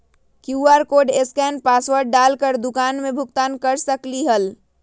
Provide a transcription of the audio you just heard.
QR code scan password डाल कर दुकान में भुगतान कर सकलीहल?